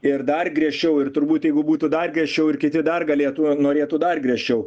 ir dar griežčiau ir turbūt jeigu būtų dar griežčiau ir kiti dar galėtų norėtų dar griežčiau